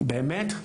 באמת?